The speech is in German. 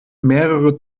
mehrere